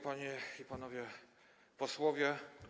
Panie i Panowie Posłowie!